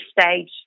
stage